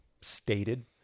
stated